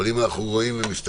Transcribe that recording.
אם אנחנו מסתכלים